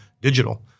digital